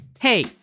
Hey